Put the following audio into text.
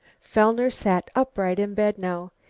fellner sat upright in bed now.